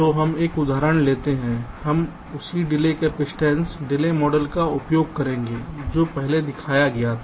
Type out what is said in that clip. तो हम एक उदाहरण लेते हैं हम उसी डिले कैपेसिटेंस डिले मॉडल का उपयोग करेंगे जो पहले दिखाया गया था